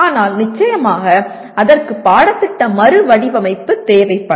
ஆனால் நிச்சயமாக அதற்கு பாடத்திட்ட மறுவடிவமைப்பு தேவைப்படும்